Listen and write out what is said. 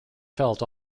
felt